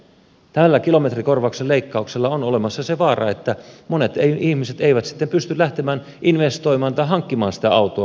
tässä kilometrikorvauksen leikkauksessa on olemassa se vaara että monet ihmiset eivät sitten pysty lähtemään investoimaan tai hankkimaan sitä autoa